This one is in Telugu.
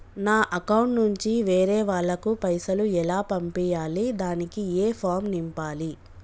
నా అకౌంట్ నుంచి వేరే వాళ్ళకు పైసలు ఎలా పంపియ్యాలి దానికి ఏ ఫామ్ నింపాలి?